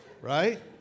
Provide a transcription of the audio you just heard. Right